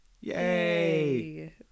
Yay